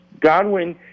Godwin